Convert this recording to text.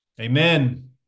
amen